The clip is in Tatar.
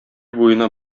буена